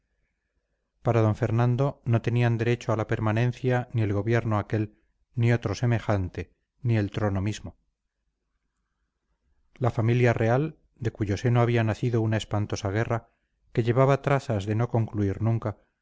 para d fernando no tenían derecho a la permanencia ni el gobierno aquel ni otro semejante ni el trono mismo la familia real de cuyo seno había nacido una espantosa guerra que llevaba trazas de no concluir nunca